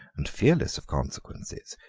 and fearless of consequences,